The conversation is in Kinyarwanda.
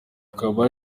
akaba